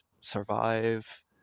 survive